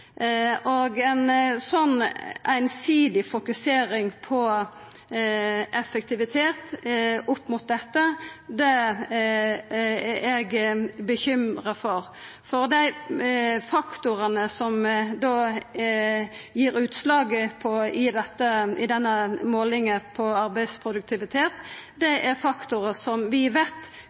kan ein gjera det ved å korta liggjetida ved å redusera bemanninga og ved å få eit høgare pasientbelegg. Ei slik einsidig fokusering på effektivitet opp mot dette er eg bekymra for, for dei faktorane som da gir utslaget i denne målinga av arbeidsproduktivitet, er faktorar